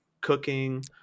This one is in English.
cooking